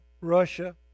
Russia